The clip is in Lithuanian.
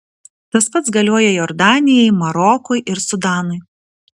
tas pats galioja jordanijai marokui ir sudanui